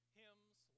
hymns